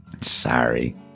Sorry